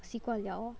习惯了